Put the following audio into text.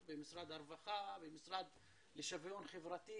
המצב לא יכול לחכות עוד.